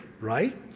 Right